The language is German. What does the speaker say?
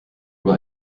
über